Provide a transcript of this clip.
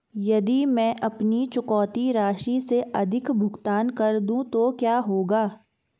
यदि मैं अपनी चुकौती राशि से अधिक भुगतान कर दूं तो क्या होगा?